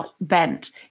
bent